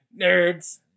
nerds